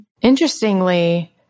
Interestingly